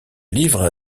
livrent